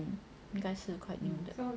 um 应该是 quite new 的